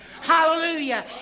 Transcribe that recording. hallelujah